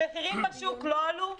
המחירים בשוק לא עלו.